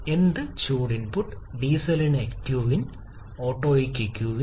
എന്ത് ചൂട് ഇൻപുട്ട് ഡീസലിന് ക്വിൻ ഓട്ടോയ്ക്ക് ക്വിൻ